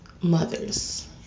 mothers